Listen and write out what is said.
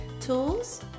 tools